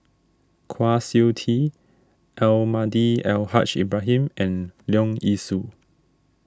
Kwa Siew Tee Almahdi Al Haj Ibrahim and Leong Yee Soo